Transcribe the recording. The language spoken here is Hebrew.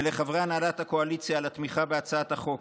ולחברי הנהלת הקואליציה על התמיכה בהצעת החוק.